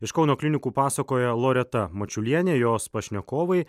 iš kauno klinikų pasakoja loreta mačiulienė jos pašnekovai